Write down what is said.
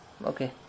Okay